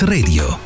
Radio